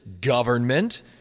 government